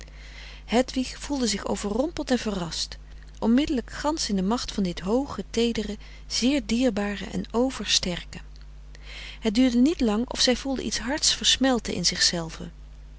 hedwig voelde zich overrompeld en verrast onmiddelijk gansch in de macht van dit hooge teedere zeer dierbare en over sterke het duurde niet lang of zij voelde iets hards versmelten in zichzelve